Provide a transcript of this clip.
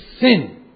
sin